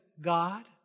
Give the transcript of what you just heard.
God